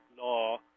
law